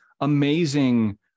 amazing